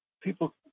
people